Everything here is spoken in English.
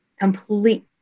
complete